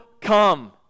come